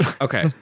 Okay